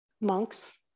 monks